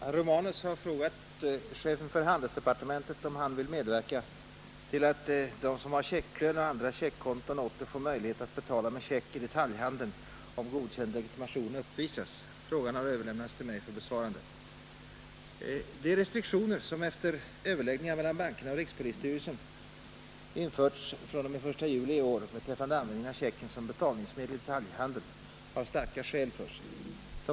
Herr talman! Herr Romanus har frågat chefen för handelsdepartementet om han vill medverka till att de som har checklön och andra checkkonton åter får möjlighet att betala med check i detaljhandeln om godkänd legitimation uppvisas. Frågan har överlämnats till mig för besvarande. De restriktioner som efter överläggningar mellan bankerna och rikspolisstyrelsen införts fr.o.m. 1 juli i år beträffande användningen av checken som betalningsmedel i detaljhandeln har starka skäl för sig.